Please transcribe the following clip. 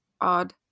odd